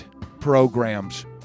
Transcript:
programs